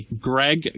greg